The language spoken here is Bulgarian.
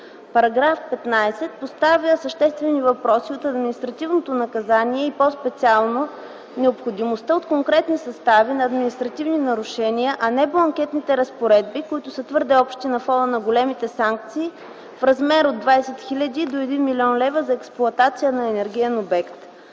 -§ 15 поставя съществени въпроси от административното наказание и по-специално необходимостта от конкретни състави на административни нарушения, а не бланкетните разпоредби, които са твърде общи на фона на големите санкции в размер от 20 000 до 1 000 000 лева за експлоатация на енергиен обект.